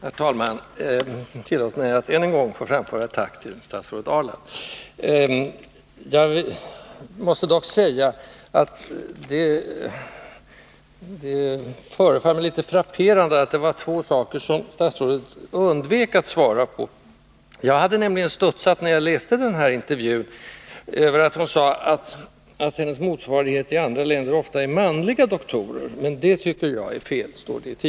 Herr talman! Tillåt mig att än en gång få framföra ett tack till statsrådet Ahrland. När jag läste intervjun i Svenska Dagbladet studsade jag över att statsrådet där sade: ”Mina motsvarigheter i andra länder är ofta manliga doktorer, men det tycker jag är fel.